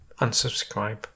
unsubscribe